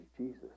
Jesus